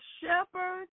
shepherd